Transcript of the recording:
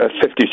Fifty